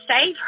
save